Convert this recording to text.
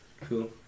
Cool